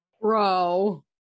Bro